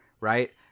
right